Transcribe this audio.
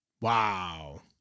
Wow